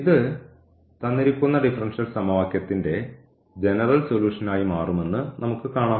ഇത് തന്നിരിക്കുന്ന ഡിഫറൻഷ്യൽ സമവാക്യത്തിന്റെ ജനറൽ സൊലൂഷൻ ആയി മാറുമെന്ന് നമുക്ക് കാണാം